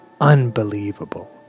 unbelievable